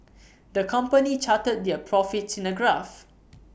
the company charted their profits in A graph